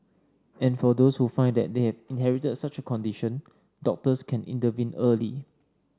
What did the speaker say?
and for those who find that they have inherited such a condition doctors can intervene early